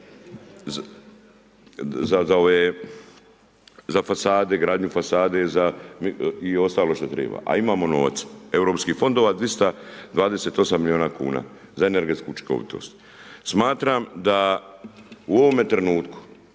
za fasade, gradnju fasade za, i ostalo što treba a imamo novaca europskih fondova 228 milijuna kuna za energetsku učinkovitost. Smatram da u ovome trenutku